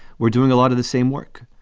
we're doing a lot of the same work.